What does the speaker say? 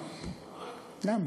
למה?